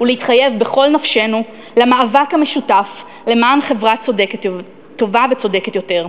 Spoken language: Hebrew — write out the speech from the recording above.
הוא להתחייב בכל נפשנו למאבק המשותף למען חברה טובה וצודקת יותר,